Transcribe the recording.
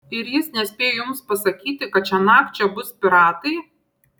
ir jis nespėjo jums pasakyti kad šiąnakt čia bus piratai